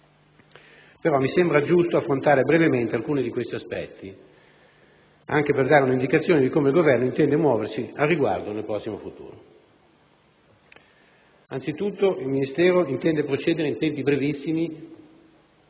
Mi sembra giusto, però, affrontare brevemente alcuni di questi aspetti anche per dare un'indicazione di come il Governo intende muoversi al riguardo nel prossimo futuro. Anzitutto, il Ministero intende procedere in tempi brevissimi